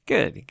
Good